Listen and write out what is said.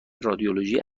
رادیولوژی